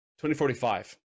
2045